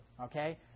okay